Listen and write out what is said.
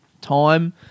time